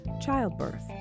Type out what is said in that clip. childbirth